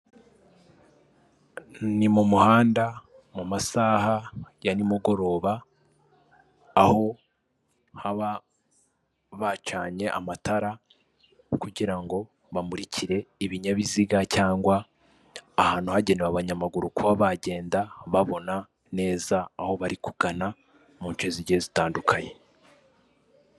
Ni mu muhanda mu masaha ya nimugoroba, aho haba bacanye amatara kugira ngo bamurikire ibinyabiziga cyangwa ahantu hagenewe abanyamaguru kuba bagenda babona neza aho bari kugana, mu nshe zigiye zitandukanye.